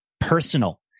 personal